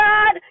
God